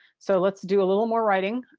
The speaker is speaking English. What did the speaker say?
so let's do a little more writing.